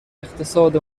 اقتصاد